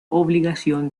obligación